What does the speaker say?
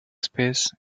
space